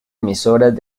emisoras